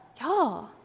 y'all